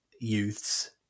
youths